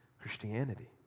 Christianity